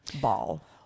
ball